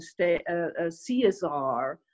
CSR